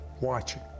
watching